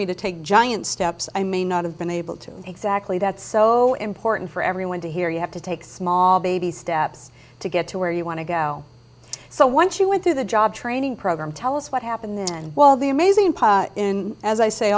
me to take giant steps i may not have been able to exactly that so important for everyone to hear you have to take small baby steps to get to where you want to go so when she went through the job training program tell us what happened then well the amazing part in as i say